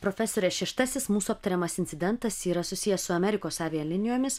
profesore šeštasis mūsų aptariamas incidentas yra susijęs su amerikos avialinijomis